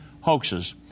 Hoaxes